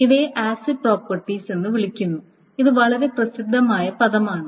ഇവയെ acid properties എന്ന് വിളിക്കുന്നു ഇത് വളരെ പ്രസിദ്ധമായ പദമാണ്